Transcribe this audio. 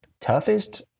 toughest